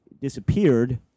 disappeared